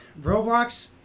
Roblox